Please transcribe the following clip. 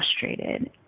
frustrated